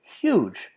huge